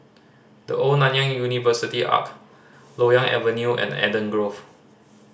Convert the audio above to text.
The Old Nanyang University Arch Loyang Avenue and Eden Grove